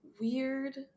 weird